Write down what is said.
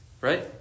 Right